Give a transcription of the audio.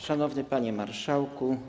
Szanowny Panie Marszałku!